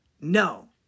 No